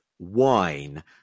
wine